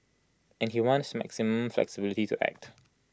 and he wants maximum flexibility to act